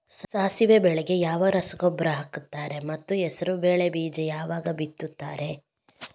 ಸಾಸಿವೆ ಬೆಳೆಗೆ ಯಾವ ರಸಗೊಬ್ಬರ ಹಾಕ್ತಾರೆ ಮತ್ತು ಹೆಸರುಬೇಳೆ ಬೀಜ ಯಾವಾಗ ಬಿತ್ತುತ್ತಾರೆ?